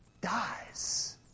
dies